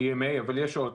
EMA, אבל יש עוד.